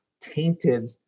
tainted